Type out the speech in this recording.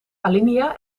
alinea